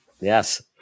Yes